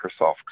Microsoft